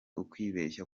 ukwibeshya